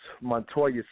Montoya